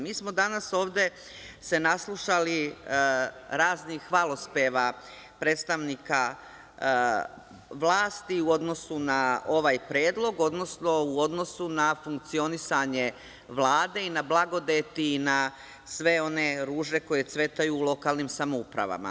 Mi smo danas ovde se naslušali raznih hvalospeva predstavnika vlasti u odnosu na ovaj predlog, odnosno u odnosu na funkcionisanje Vlade i na blagodeti i na sve one ruže koje cvetaju u lokalnim samouprava.